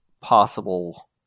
possible